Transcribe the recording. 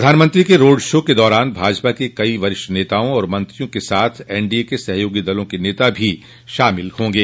प्रधानमंत्री के road show के दौरान भाजपा के कई वरिष्ठ नेताओं और मंत्रियों के साथ एनडीए के सहयोगी दल के नेता भी शामिल होंगे